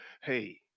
Hey